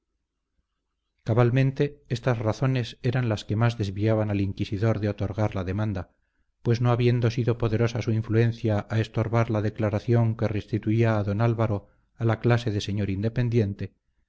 cabalmente estas razones eran las que más desviaban al inquisidor de otorgar la demanda pues no habiendo sido poderosa su influencia a estorbar la declaración que restituía a don álvaro a la clase de señor independiente